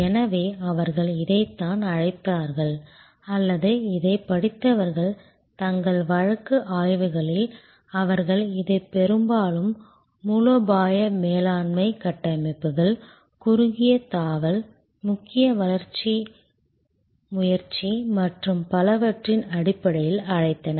எனவே அவர்கள் இதைத்தான் அழைத்தார்கள் அல்லது இதைப் படித்தவர்கள் தங்கள் வழக்கு ஆய்வுகளில் அவர்கள் இதை பெரும்பாலும் மூலோபாய மேலாண்மை கட்டமைப்புகள் குறுகிய தாவல் முக்கிய வளர்ச்சி முயற்சி மற்றும் பலவற்றின் அடிப்படையில் அழைத்தனர்